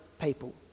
people